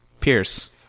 Pierce